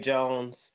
Jones